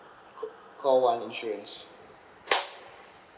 cal~ call one insurance